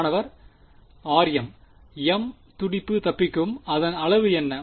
மாணவர் rm m துடிப்பு தப்பிக்கும் அதன் அளவு என்ன